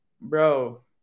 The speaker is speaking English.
bro